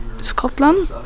Scotland